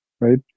right